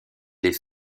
les